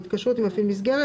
או התקשרות עם מפעיל מסגרת,